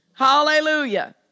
Hallelujah